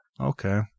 Okay